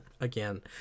again